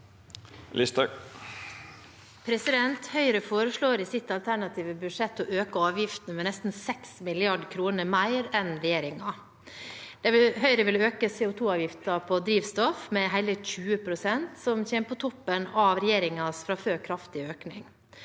Høyre foreslår i sitt alternative budsjett å øke avgiftene med nesten 6 mrd. kr mer enn regjeringen. Høyre vil øke CO2-avgiften på drivstoff med hele 20 pst., som kommer på toppen av regjeringens fra før kraftige økning.